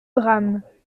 drames